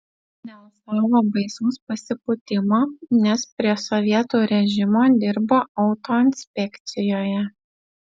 dėl savo baisaus pasipūtimo nes prie sovietų režimo dirbo autoinspekcijoje